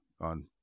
on